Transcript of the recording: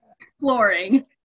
Exploring